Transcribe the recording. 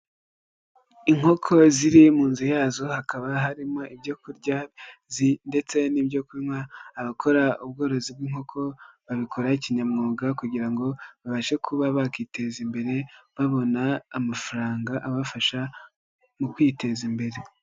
Inkoko ziri mun nzu yazo, hakaba harimo ibyo kurya ndetse n'ibyo kunywa, abakora ubworozi bw'inkoko babikora kinyamwuga kugira ngo babashe kuba bakiteza imbere, babona amafaranga abafasha mu kwiteza imbere.